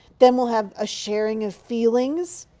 then we'll have a sharing of feelings?